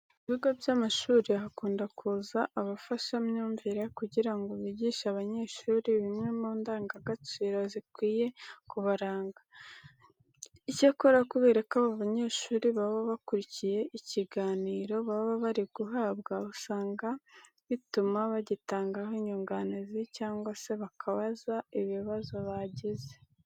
Mu bigo by'amashuri hakunda kuza abafashamyumvire kugira ngo bigishe abanyeshuri zimwe mu ndangagaciro zikwiye kubaranga. Icyakora kubera ko aba banyeshuri baba bakurikiye ikiganiro baba bari guhabwa, usanga bituma bagitangaho inyunganizi cyangwa se bakabaza ibibazo bagize.